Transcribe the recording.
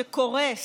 שקורס,